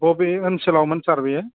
बबे ओनसोलावमोन सार बेयो